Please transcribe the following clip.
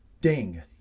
Ding